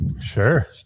Sure